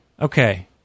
Okay